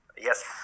yes